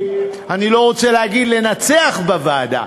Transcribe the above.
אני לא רוצה להגיד "לנצח בוועדה",